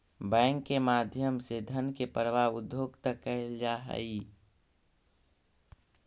bank के माध्यम से धन के प्रवाह उद्योग तक कैल जा हइ